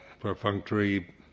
perfunctory